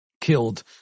killed